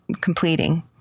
completing